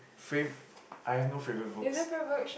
favourite I have no favourite books